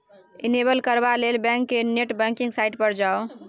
enable करबा लेल bank केर नेट बैंकिंग साइट पर जाउ